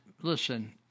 listen